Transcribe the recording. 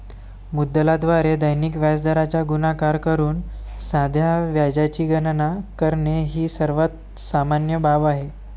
मुद्दलाद्वारे दैनिक व्याजदराचा गुणाकार करून साध्या व्याजाची गणना करणे ही सर्वात सामान्य बाब आहे